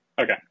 Okay